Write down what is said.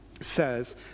says